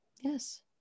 Yes